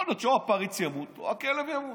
יכול להיות או שהפריץ ימות או שהכלב ימות,